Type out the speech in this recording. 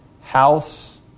House